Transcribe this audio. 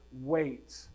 wait